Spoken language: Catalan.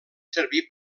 servir